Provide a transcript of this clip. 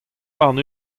warn